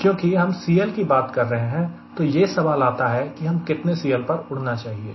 क्योंकि हम CL की बात कर रहे हैं तो यह सवाल आता है कि हमें कितने CL पर उड़ना चाहिए